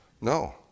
No